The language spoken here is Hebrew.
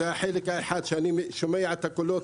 זה החלק האחד שאני שומע את הקולות